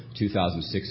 2006